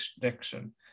direction